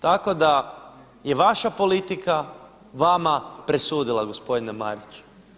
Tako da je vaša politika vama presudila gospodine Mariću.